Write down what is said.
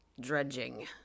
dredging